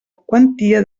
quantia